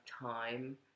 time